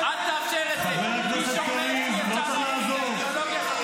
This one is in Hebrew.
אל תקרא להם רופסים ואל תקרא להם רכרוכיים.